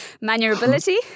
Maneuverability